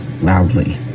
loudly